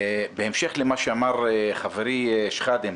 בהמשך למה שאמר חברי שחאדה,